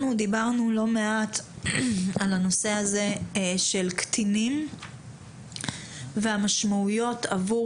אנחנו דיברנו לא מעט על הנושא הזה של קטינים והמשמעויות עבור